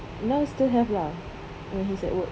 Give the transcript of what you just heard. now still have lah when he's at work